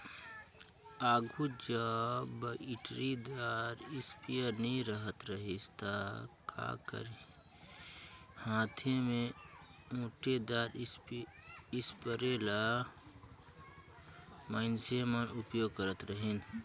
आघु जब बइटरीदार इस्पेयर नी रहत रहिस ता का करहीं हांथे में ओंटेदार इस्परे ल मइनसे मन उपियोग करत रहिन